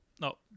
No